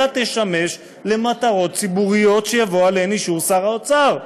אלא תשמש למטרות ציבוריות שיבוא עליהן אישור שר האוצר.